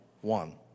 one